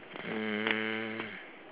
um